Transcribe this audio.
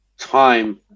Time